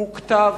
כתב